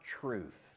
truth